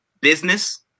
business